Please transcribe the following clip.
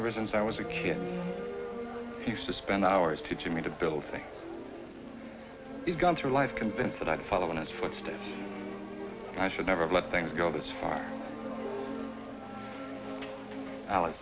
ever since i was a kid you used to spend hours teaching me to build things he's gone through life convinced that i'd follow in his footsteps i should never let things go this far alex